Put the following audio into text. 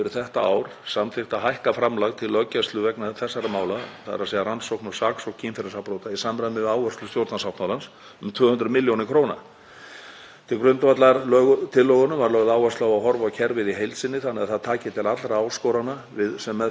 Til grundvallar tillögunum var lögð áhersla á að horfa á kerfið í heild sinni þannig að það taki til allra áskorana sem meðferð kynferðisafbrota felur í sér og það er mikilvægt að hugsa málin frá upphafi til að þolendur njóti réttlátrar málsmeðferðar ásamt því að þau séu afgreidd innan eðlilegs tíma.